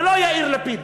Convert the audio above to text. ולא יאיר לפיד.